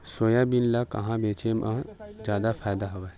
Soybean ल कहां बेचे म जादा फ़ायदा हवय?